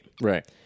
Right